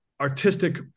artistic